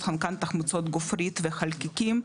תחמוצות חנקן, תחמוצות גופרית וחלקיקים,